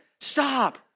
Stop